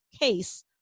case